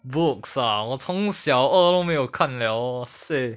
books ah 我从小二都没看 liao oh seh